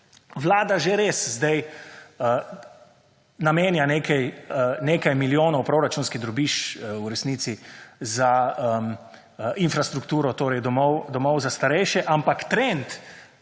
Vlada že res sedaj namenja nekaj milijonov, proračunski drobiž v resnici za infrastrukturo torej domov za starejše, ampak trend,